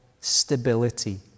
stability